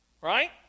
right